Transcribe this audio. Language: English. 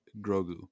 Grogu